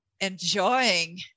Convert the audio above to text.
enjoying